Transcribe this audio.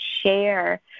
share